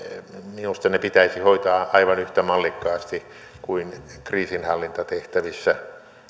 minusta ne pitäisi hoitaa aivan yhtä mallikkaasti kuin kriisinhallintatehtävissä